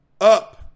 up